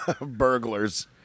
burglars